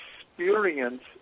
experience